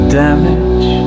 damage